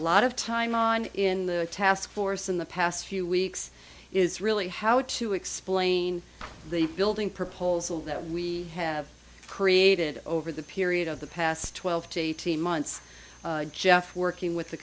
lot of time on in the task force in the past few weeks is really how to explain the building proposal that we have created over the period of the past twelve to eighteen months jeff working with the